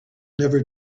never